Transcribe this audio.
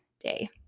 day